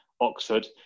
Oxford